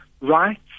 rights